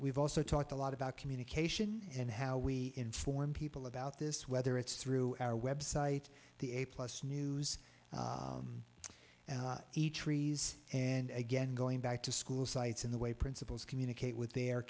we've also talked a lot about communication and how we inform people about this whether it's through our website the a plus news each trees and again going back to school sites in the way principals communicate with their